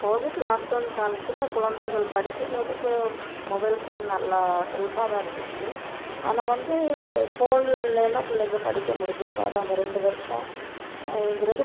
Covid lockdown காலத்தில் குழந்தைங்கள் படிக்கிறதுக்கு மொபைல் ஃபோன் நல்லா ஹெல்ஃப்பாக தான் இருந்துச்சு ஆனால் வந்து ஃபோன் இல்லைன்னா பிள்ளைங்க படிக்க முடிஞ்சிருக்காது அந்த ரெண்டு வருஷம் ங்கிறது